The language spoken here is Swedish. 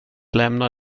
lämna